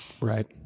Right